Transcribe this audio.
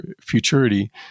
futurity